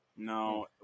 No